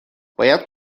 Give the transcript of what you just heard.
باید